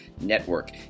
Network